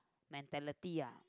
mentality ah